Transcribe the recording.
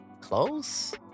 Close